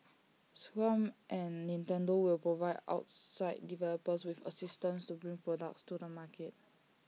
scrum and Nintendo will provide outside developers with assistance to bring products to the market